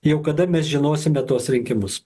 jau kada mes žinosime tuos rinkimus